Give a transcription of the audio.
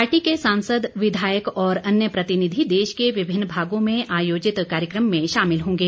party के सांसद विधायक और अन्य प्रतिनिधि देश के विभिन्न भागों में आयोजित कार्यक्रम में शामिल होंगे